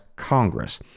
Congress